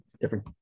different